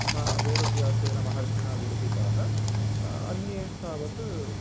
महान् वेदव्यासेन महर्षिणा विलिखिताः अन्ये तावत्